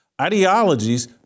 ideologies